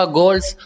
goals